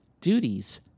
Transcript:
duties